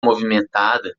movimentada